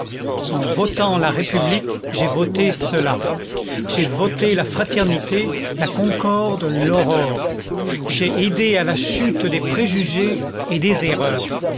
en votant la république j'ai voté cela j'ai voté la fraternité la concorde l'aurore j'ai aidé à la chute des préjugés et des erreurs